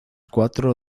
cuatro